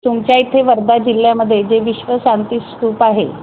तुमच्याइथे वर्धा जिल्ह्यामध्ये जे विश्वशांती स्तूप आहे